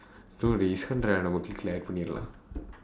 so நம்ம:namma clique-lae add பண்ணிடலாம்:pannidalaam